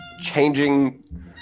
changing